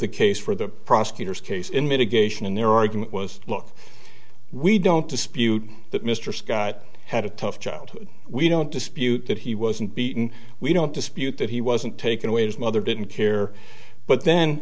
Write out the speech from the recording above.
the case for the prosecutor's case in mitigation and their argument was look we don't dispute that mr scott had a tough childhood we don't dispute that he wasn't beaten we don't dispute that he wasn't taking away his mother didn't care but then